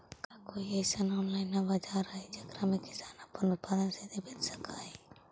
का कोई अइसन ऑनलाइन बाजार हई जेकरा में किसान अपन उत्पादन सीधे बेच सक हई?